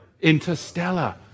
Interstellar